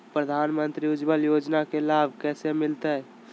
प्रधानमंत्री उज्वला योजना के लाभ कैसे मैलतैय?